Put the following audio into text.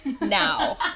now